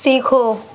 سیکھو